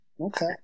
Okay